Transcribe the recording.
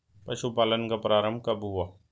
पशुपालन का प्रारंभ कब हुआ?